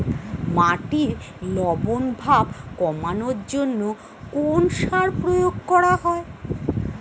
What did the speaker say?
মাটির লবণ ভাব কমানোর জন্য কোন সার প্রয়োগ করা হয়?